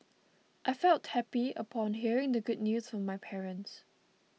I felt happy upon hearing the good news from my parents